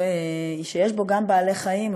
שיש בו גם בעלי חיים,